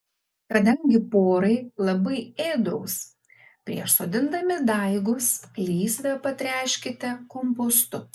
kadangi porai labai ėdrūs prieš sodindami daigus lysvę patręškite kompostu